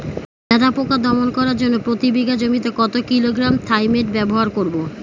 লেদা পোকা দমন করার জন্য প্রতি বিঘা জমিতে কত কিলোগ্রাম থাইমেট ব্যবহার করব?